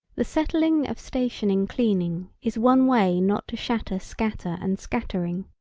the settling of stationing cleaning is one way not to shatter scatter and scattering.